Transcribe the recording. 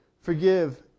Forgive